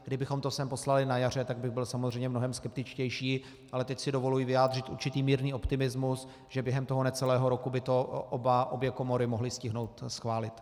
Kdybychom to sem poslali na jaře, tak bych byl samozřejmě mnohem skeptičtější, ale teď si dovoluji vyjádřit určitý mírný optimismus, že během toho necelého roku by to obě komory mohly stihnout schválit.